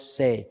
say